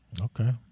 okay